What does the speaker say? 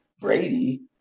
Brady